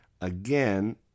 Again